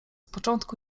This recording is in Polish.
początku